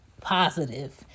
positive